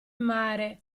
mare